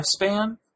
lifespan